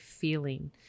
feeling